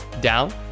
down